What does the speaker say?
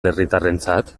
herritarrentzat